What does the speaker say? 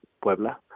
Puebla